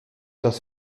das